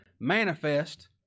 manifest